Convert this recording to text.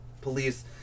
police